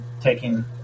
taking